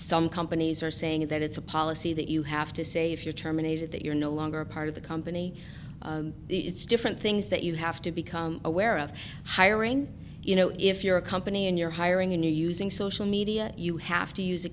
some companies are saying that it's a policy that you have to say if you're terminated that you're no longer a part of the company it's different things that you have to become aware of hiring you know if you're a company and you're hiring a new using social media you have to use